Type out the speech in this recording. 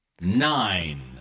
Nine